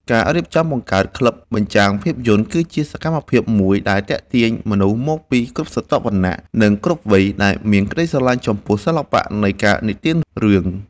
ការរៀបចំបង្កើតក្លឹបបញ្ចាំងភាពយន្ត គឺជាសកម្មភាពមួយដែលទាក់ទាញមនុស្សមកពីគ្រប់ស្រទាប់វណ្ណៈ និងគ្រប់វ័យ ដែលមានក្តីស្រឡាញ់ចំពោះសិល្បៈនៃការនិទានរឿង។